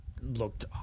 looked